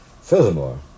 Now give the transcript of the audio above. Furthermore